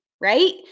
right